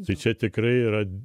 tai čia tikrai yra